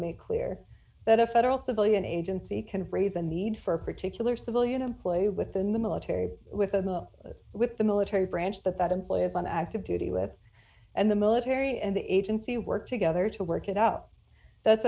a federal civilian agency can raise a need for a particular civilian employee within the military with a with the military branch that that in place on active duty with and the military and the agency work together to work it out that's